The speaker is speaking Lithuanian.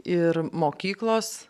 ir mokyklos